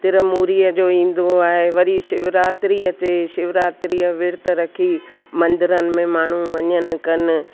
तिरमूरीअ जो ईंदो आहे वरी शिव रात्री अचे शिव रात्री जा विर्तु रखी मंदिरनि में माण्हू वञनि कनि